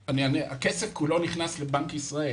הכסף כולו נכנס לבנק ישראל.